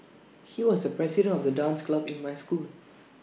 he was the president of the dance club in my school